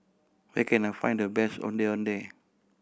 where can I find the best Ondeh Ondeh